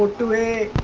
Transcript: to a